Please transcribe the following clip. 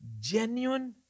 genuine